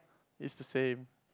it's the same